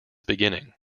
beginning